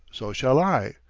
so shall i.